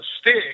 stick